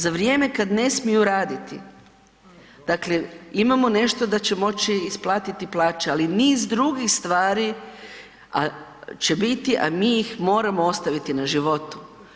Za vrijeme kad ne smiju raditi, dakle imamo nešto da će moći isplatiti plaće ali niz drugih stvari, a će biti, a mi ih moramo ostaviti na životu.